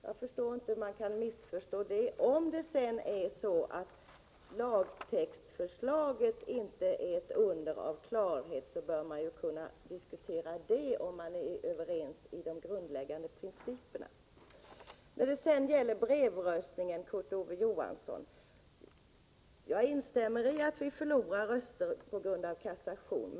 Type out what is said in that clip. Jag förstår inte hur man kan missförstå det. Om sedan lagtextförslaget inte är ett under av klarhet bör man kunna diskutera det, om man är överens om de grundläggande principerna. När det sedan gäller brevröstningen, Kurt Ove Johansson, instämmer jag i att vi förlorar röster på grund av kassation.